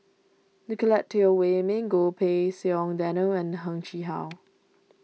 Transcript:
Nicolette Teo Wei Min Goh Pei Siong Daniel and Heng Chee How